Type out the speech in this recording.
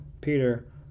Peter